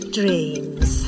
dreams